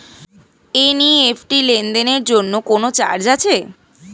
NEFT লেনদেনের জন্য কোন চার্জ আছে?